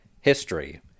History